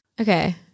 Okay